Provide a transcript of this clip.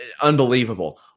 unbelievable